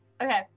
Okay